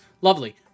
lovely